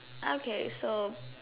okay so